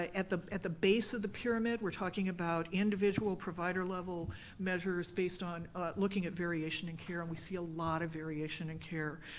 ah at the at the base of the pyramid, we're talking about individual provider-level measures based on looking at variation in care, and we see a lot of variation in care.